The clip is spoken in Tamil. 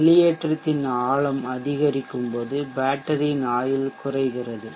வெளியேற்றத்தின் ஆழம் அதிகரிக்கும் போது பேட்டரியின் ஆயுள் குறைகிறது